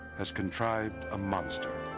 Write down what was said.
has contrived a monster.